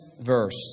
verse